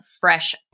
fresh